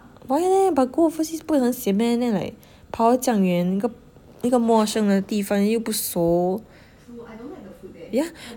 why leh but go overseas 不会很 sian meh then like 跑到这样远一个一个陌生的地方又不熟 yeah